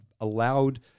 allowed